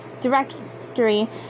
directory